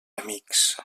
amics